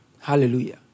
Hallelujah